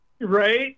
Right